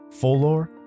Folor